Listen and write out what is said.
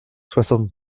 soixante